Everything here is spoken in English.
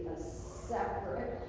separate